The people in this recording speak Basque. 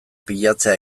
pilatzea